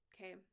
Okay